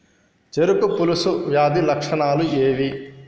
చెరుకు పొలుసు వ్యాధి లక్షణాలు ఏవి?